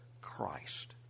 Christ